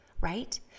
right